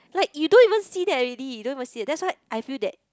like you don't even see that already you don't even see that that's why I feel that